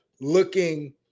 looking